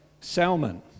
Salmon